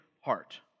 heart